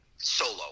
solo